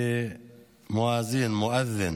ומואזין,